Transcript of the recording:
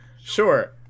sure